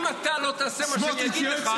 אם אתה לא תעשה מה שאני אגיד לך,